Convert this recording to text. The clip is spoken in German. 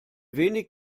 wenig